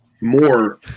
more